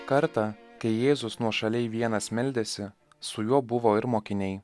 kartą kai jėzus nuošaliai vienas meldėsi su juo buvo ir mokiniai